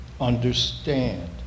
understand